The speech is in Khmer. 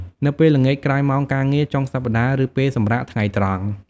នៅពេលល្ងាចក្រោយម៉ោងការងារ ចុងសប្តាហ៍ ឬពេលសម្រាកថ្ងៃត្រង់។